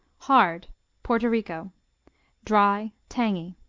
hard puerto rico dry tangy.